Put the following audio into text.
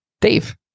Dave